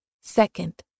Second